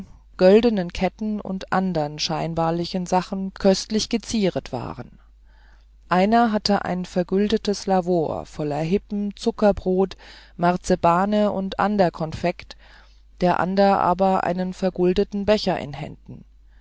göldenen ketten und andern scheinbarlichen sachen köstlich gezieret waren einer hatte ein vergüldtes lavor voller hippen zuckerbrot marzeban und ander konfekt der ander aber einen verguldten becher in händen